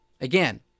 again